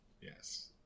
Yes